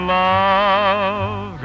love